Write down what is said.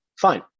Fine